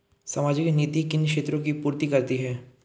सामाजिक नीति किन क्षेत्रों की पूर्ति करती है?